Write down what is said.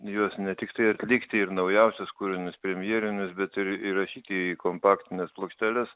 juos ne tiktai atlikti ir naujausius kūrinius premjerinius bet ir įrašyti į kompaktines plokšteles